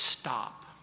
Stop